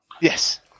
Yes